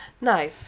No